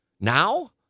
now